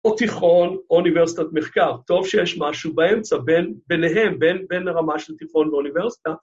‫או תיכון או אוניברסיטת מחקר. ‫טוב שיש משהו באמצע בין... ביניהם, ‫בין הרמה של תיכון ואוניברסיטה.